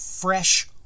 fresh